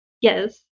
Yes